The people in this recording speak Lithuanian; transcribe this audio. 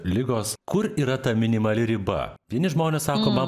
ligos kur yra ta minimali riba vieni žmonės sako man